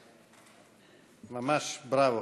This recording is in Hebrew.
ממש, בראבו.